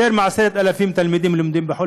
יותר מ-10,000 תלמידים לומדים בחו"ל,